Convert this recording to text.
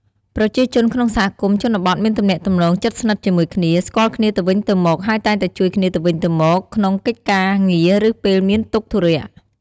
ប្រជាជនក្នុងសហគមន៍ជនបទមានទំនាក់ទំនងជិតស្និទ្ធជាមួយគ្នា ស្គាល់គ្នាទៅវិញទៅមក ហើយតែងតែជួយគ្នាទៅវិញទៅមកក្នុងកិច្ចការងារ ឬពេលមានទុក្ខធុរៈ។